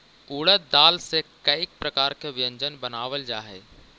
उड़द दाल से कईक प्रकार के व्यंजन बनावल जा हई